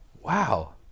wow